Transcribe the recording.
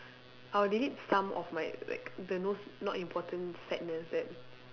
I would delete some of my like the those not important sadness that